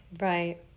Right